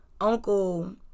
uncle